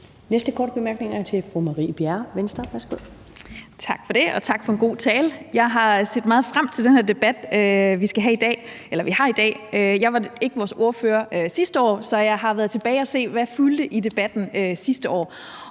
Marie Bjerre (V): Tak for det, og tak for en god tale. Jeg har set meget frem til den her debat, vi har i dag. Jeg var ikke vores ordfører sidste år, så jeg har været tilbage at se, hvad der fyldte i debatten sidste år,